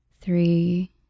three